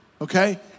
okay